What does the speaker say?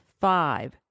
five